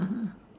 (uh huh)